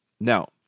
Now